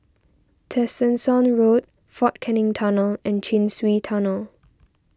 Tessensohn Road fort Canning Tunnel and Chin Swee Tunnel